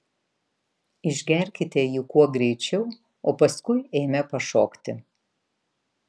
išgerkite jį kuo greičiau o paskui eime pašokti